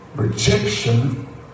rejection